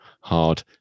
hard